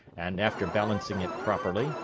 and, after balancing it properly,